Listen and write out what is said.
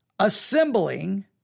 Assembling